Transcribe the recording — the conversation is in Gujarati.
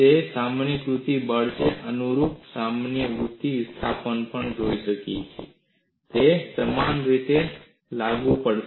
તે સામાન્યીકૃત બળ અને અનુરૂપ સામાન્યીકૃત વિસ્થાપન પણ હોઈ શકે છે તે સમાન રીતે લાગુ પડે છે